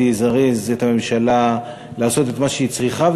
זה יזרז את הממשלה לעשות את מה שהיא צריכה,